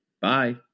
Bye